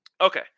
Okay